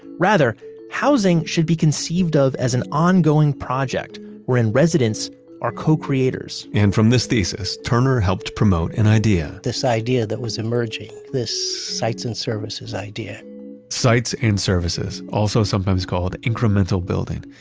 rather housing should be conceived of as an ongoing project wherein residents are co-creators and from this thesis, turner helped promote an idea this idea that was emerging, this sites and services idea sites and services also sometimes called incremental building.